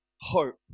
hope